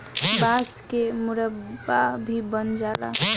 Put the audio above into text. बांस के मुरब्बा भी बन जाला